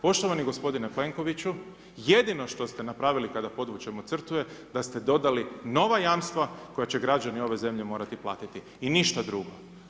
Poštovani gospodine Plenkoviću, jedino što ste napravili kada podvučemo crtu je da ste dodali nova jamstva koja će građani ove zemlje morati platiti i ništa drugo.